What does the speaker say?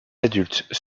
adultes